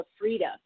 freedom